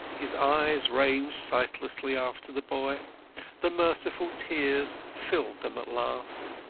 his eyes ranged sightlessly after the boy the merciful tears filled them at last.